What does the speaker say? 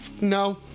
No